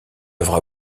œuvre